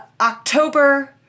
October